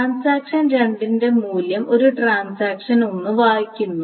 transaction 2 ന്റെ മൂല്യം ഒരു ട്രാൻസാക്ഷൻ 1 വായിക്കുന്നു